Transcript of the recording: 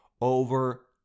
over